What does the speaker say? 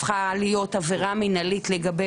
הפכה להיות עבירה מנהלית לגבי